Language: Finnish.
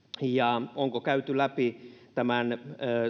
onko käyty läpi tämän